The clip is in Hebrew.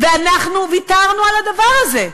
ואנחנו ויתרנו על הדבר הזה,